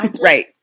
Right